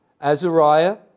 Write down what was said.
Azariah